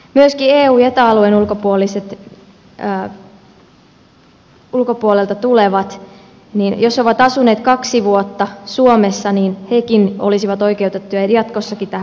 myöskin ne eu ja eta alueen ulkopuolelta tulevat jotka ovat asuneet kaksi vuotta suomessa olisivat oikeutettuja jatkossakin tähän maksuttomaan koulutukseen